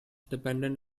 dependent